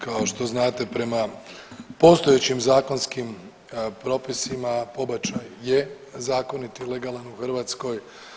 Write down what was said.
Kao što znate prema postojećim zakonskim propisima pobačaj je zakonit i legalan u Hrvatskoj.